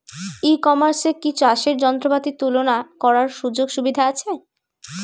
ই কমার্সে কি চাষের যন্ত্রপাতি তুলনা করার সুযোগ সুবিধা আছে?